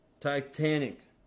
Titanic